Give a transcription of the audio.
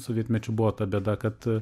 sovietmečiu buvo ta bėda kad